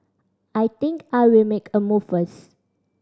I think I'll make a move first